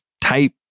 type